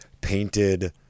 painted